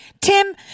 Tim